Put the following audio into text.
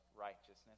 righteousness